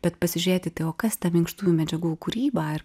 bet pasižiūrėti tai o kas ta minkštųjų medžiagų kūryba ir